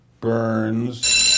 Burns